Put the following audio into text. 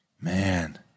Man